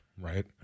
Right